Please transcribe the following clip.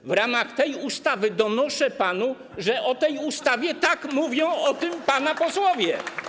Otóż w ramach tej ustawy donoszę panu, że o tej ustawie tak mówią pana posłowie.